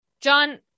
John